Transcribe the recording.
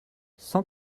cent